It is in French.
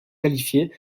qualifiés